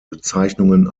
bezeichnungen